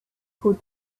could